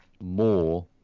more